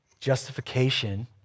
justification